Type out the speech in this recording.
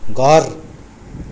घर